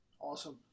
Awesome